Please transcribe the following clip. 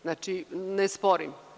Znači, ne sporim.